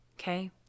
Okay